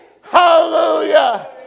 Hallelujah